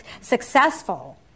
successful